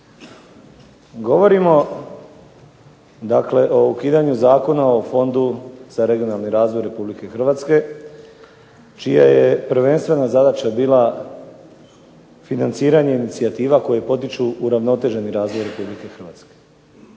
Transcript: Govorimo o ukidanju Zakona o Fondu za regionalni razvoj Republike Hrvatske čija je prvenstvena zadaća bila financiranje inicijativa koje potiču uravnoteženi razvoj Republike Hrvatske.